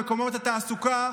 במקומות התעסוקה,